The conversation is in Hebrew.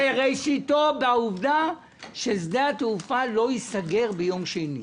שראשיתו בעובדה ששדה התעופה לא ייסגר ביום שני.